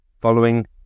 following